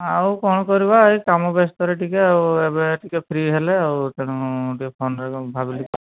ଆଉ କ'ଣ କରିବା ଏଇ କାମ ବ୍ୟସ୍ତରେ ଟିକେ ଆଉ ଏବେ ଟିକେ ଫ୍ରି ହେଲି ଆଉ ତେଣୁ ଟିକେ ଫୋନ୍ରେ ଭାବିଲି